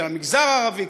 של המגזר הערבי,